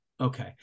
Okay